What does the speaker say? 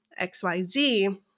XYZ